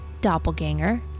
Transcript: Doppelganger